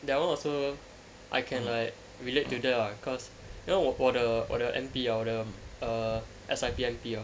that [one] also I can like relate to that lah cause you know 我的我的 M_P hor 我的 err S_I_P M_P